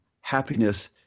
happiness